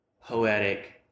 poetic